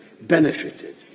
benefited